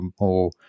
more